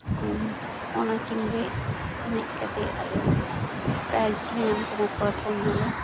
ᱟᱢ ᱚᱱᱟ ᱴᱤᱢ ᱨᱮ ᱮᱱᱮᱡ ᱠᱟᱛᱮ ᱟᱞᱮ ᱯᱮᱨᱟᱭᱤᱡᱽ ᱞᱮ ᱧᱟᱢ ᱠᱮᱫᱟ ᱯᱚᱨᱛᱷᱚᱢ ᱮᱱᱟᱞᱮ